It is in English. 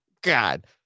god